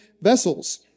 vessels